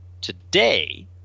Today